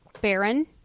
baron